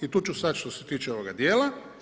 I tu ću stati što se tiče ovoga dijela.